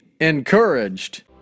encouraged